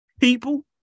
People